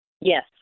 Yes